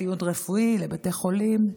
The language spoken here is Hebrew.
ציוד רפואי לבתי חולים.